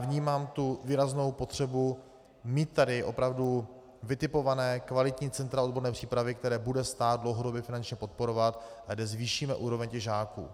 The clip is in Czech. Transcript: Vnímám tu výraznou potřebu mít tady opravdu vytipovaná kvalitní centra odborné přípravy, která bude stát dlouhodobě finančně podporovat a kde zvýšíme úroveň žáků.